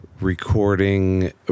recording